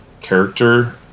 character